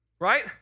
right